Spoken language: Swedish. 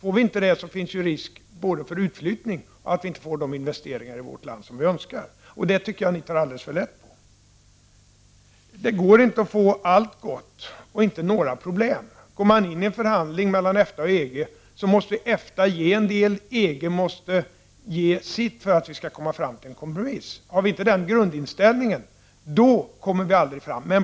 Om vi inte får det, finns det risk både för utflyttning och för att vi inte får de investeringar i vårt land som vi önskar. Ni tar alldeles för lätt på det. Det går inte att få allt gott och inte några problem. Om man går in i en förhandling mellan EFTA och EG, måste EFTA ge en del och EG ge sitt för att vi skall komma fram till en kompromiss. Har vi inte den grundinställningen kommer vi aldrig fram.